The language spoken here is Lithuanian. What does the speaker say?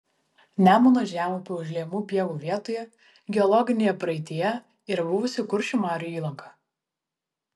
nemuno žemupio užliejamų pievų vietoje geologinėje praeityje yra buvusi kuršių marių įlanka